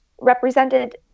represented